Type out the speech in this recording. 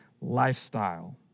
lifestyle